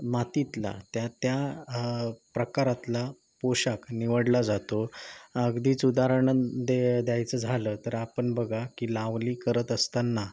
मातीतला त्या त्या प्रकारातला पोषाख निवडला जातो अगदीच उदाहरण दे द्यायचं झालं तर आपण बघा की लावणी करत असताना